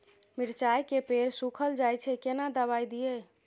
मिर्चाय के पेड़ सुखल जाय छै केना दवाई दियै?